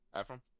Ephraim